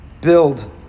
build